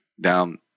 down